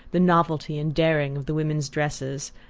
the novelty and daring of the women's dresses,